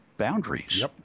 Boundaries